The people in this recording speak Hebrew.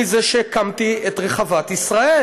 אני הקמתי את רחבת ישראל,